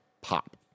pop